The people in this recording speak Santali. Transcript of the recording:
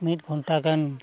ᱢᱤᱫ ᱜᱷᱚᱱᱴᱟ ᱜᱟᱱ